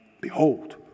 Behold